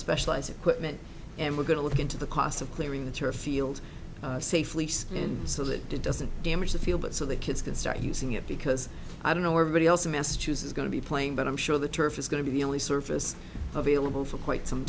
specialized equipment and we're going to look into the cost of clearing the turf field safely and so that doesn't damage the field but so the kids can start using it because i don't know everybody else in massachusetts going to be playing but i'm sure the turf is going to be the only service available for quite some